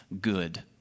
good